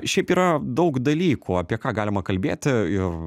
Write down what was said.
šiaip yra daug dalykų apie ką galima kalbėti ir